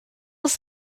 was